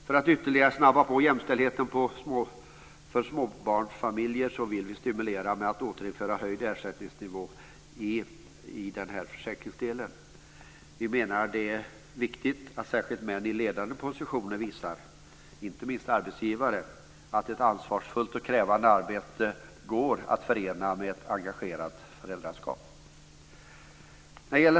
För att ytterligare snabba på jämställdheten för småbarnsfamiljer vill vi stimulera med att återinföra höjd ersättningsnivå i denna försäkringsdel. Vi menar att det är viktigt att särskilt män i ledande positioner visar inte minst arbetsgivare att ett ansvarsfullt och krävande arbete går att förena med ett engagerat föräldraskap.